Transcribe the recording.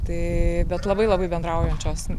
tai bet labai labai bendraujančios